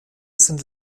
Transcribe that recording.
sind